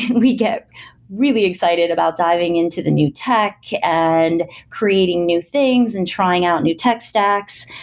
we get really excited about diving into the new tech and creating new things and trying out new tech stacks.